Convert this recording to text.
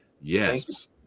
Yes